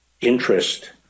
interest